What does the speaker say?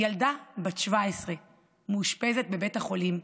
ילדה בת 17 מאושפזת בבית החולים,